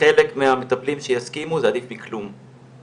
חלק מהמטפלים שיסכימו, זה עדיף מכלום.